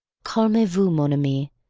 calmez vous, mon amie,